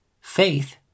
Faith